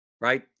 right